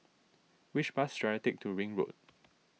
which bus should I take to Ring Road